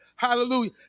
Hallelujah